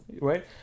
right